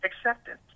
Acceptance